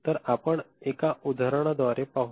तर आपण एका उदाहरणाद्वारे पाहू